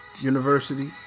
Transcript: University